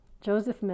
Joseph